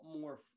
more